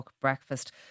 Breakfast